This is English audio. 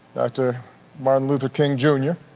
dr. martin luther king, jr.